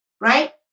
right